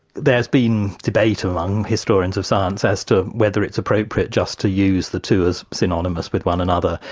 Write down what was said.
there's been debate among historians of science as to whether it's appropriate just to use the two as synonymous with one another,